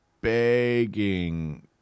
begging